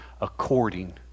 according